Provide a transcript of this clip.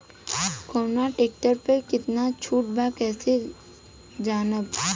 कवना ट्रेक्टर पर कितना छूट बा कैसे जानब?